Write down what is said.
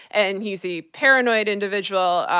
and he's a paranoid individual.